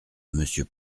monsieur